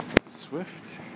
swift